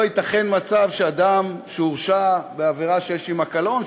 ייתכן מצב שאדם שהורשע בעבירה שיש עמה קלון,